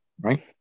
right